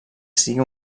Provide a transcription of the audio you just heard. sigui